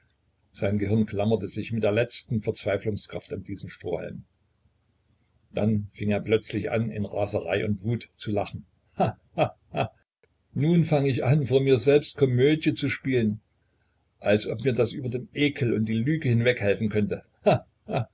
sein gehirn klammerte sich mit der letzten verzweiflungskraft an diesen strohhalm dann fing er plötzlich an in raserei und wut zu lachen ha ha ha nun fang ich an vor mir selbst komödie zu spielen als ob mir das über den ekel und die lüge hinweg helfen könnte